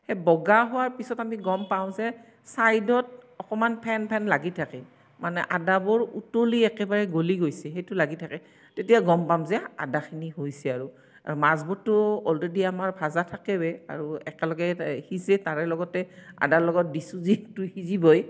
সেই বগা হোৱাৰ পিছত আমি গম পাওঁ যে চাইডত অকমান ফেন ফেন লাগি থাকে মানে আদাবোৰ উতলি একেবাৰে গলি গৈছে সেইটো লাগি থাকে তেতিয়া গম পাম যে আদাখিনি হৈছে আৰু মাছবোৰতো অলৰেডী আমাৰ ভাজা থাকেৱে আৰু একেলগে সিজে তাৰে লগতে আদাৰ লগত দিছোঁ যিহেতু সিজিবই